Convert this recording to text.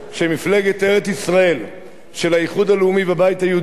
שמפלגת ארץ-ישראל של האיחוד הלאומי והבית היהודי,